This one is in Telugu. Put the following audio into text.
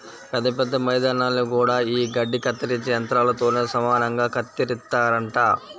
పెద్ద పెద్ద మైదానాల్ని గూడా యీ గడ్డి కత్తిరించే యంత్రాలతోనే సమానంగా కత్తిరిత్తారంట